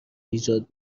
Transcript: ایجاد